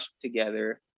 together